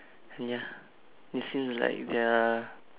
ah ya this is like their